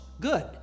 good